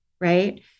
right